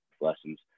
lessons